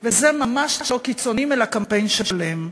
וזה ממש לא קיצוניים אלא קמפיין שלם.